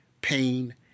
pain